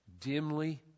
Dimly